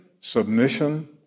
submission